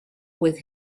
with